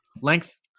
length